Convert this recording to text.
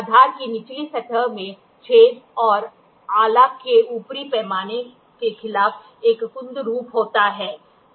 आधार की निचली सतह में छेद और आला के ऊपरी पैमाने के खिलाफ एक कुंद रूप होता है